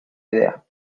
idea